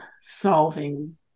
solving